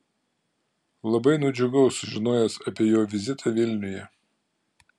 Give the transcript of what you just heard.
labai nudžiugau sužinojęs apie jo vizitą vilniuje